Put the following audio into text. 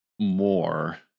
more